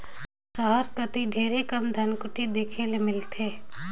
सहर कती ढेरे कम धनकुट्टी देखे ले मिलथे